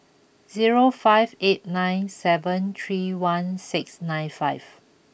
zero five eight nine seven three one six nine five